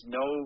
no